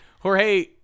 Jorge